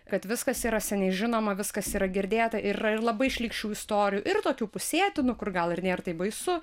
kad viskas yra seniai žinoma viskas yra girdėta yra ir labai šlykščių istorijų ir tokių pusėtinų kur gal ir nėr taip baisu